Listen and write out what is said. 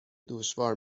دشوار